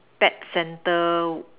pet centre